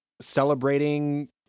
celebrating